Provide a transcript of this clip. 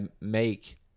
make